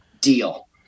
deal